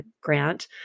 Grant